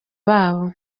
babo